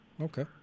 Okay